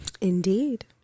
Indeed